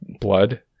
blood